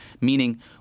meaning